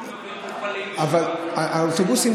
אבל האוטובוסים,